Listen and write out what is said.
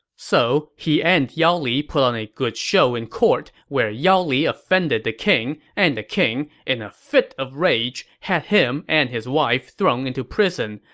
so, he an and yao li put on a good show in court where yao li offended the king, and the king, in a fit of rage, had him and his wife thrown into prison,